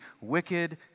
wicked